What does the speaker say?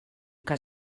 que